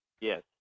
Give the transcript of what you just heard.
Yes